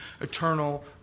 eternal